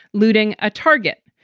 looting a target.